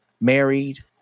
married